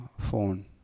phone